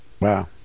wow